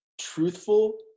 truthful